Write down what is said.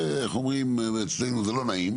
זה, איך אומרים אצלנו, זה לא נעים.